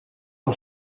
uno